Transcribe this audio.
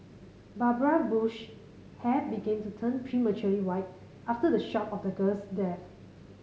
Barbara Bush's hair began to turn prematurely white after the shock of the girl's death